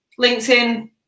LinkedIn